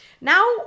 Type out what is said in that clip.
now